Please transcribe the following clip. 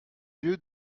lieu